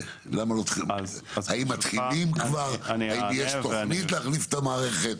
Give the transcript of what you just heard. האם יש תוכנית להחליף את המערכת?